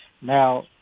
Now